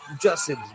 Justin